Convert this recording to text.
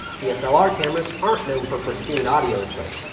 dslr cameras aren't known for pristine audio inputs,